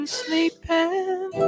sleeping